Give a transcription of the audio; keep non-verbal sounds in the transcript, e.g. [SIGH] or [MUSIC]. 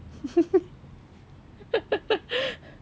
[LAUGHS]